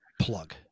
plug